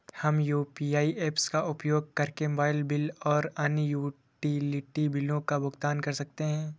हम UPI apps का उपयोग करके मोबाइल बिल और अन्य यूटिलिटी बिलों का भुगतान कर सकते हैं